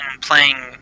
playing